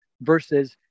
versus